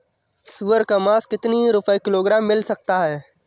सुअर का मांस कितनी रुपय किलोग्राम मिल सकता है?